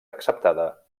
acceptada